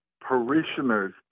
parishioners